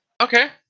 Okay